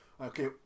Okay